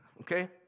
okay